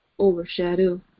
overshadow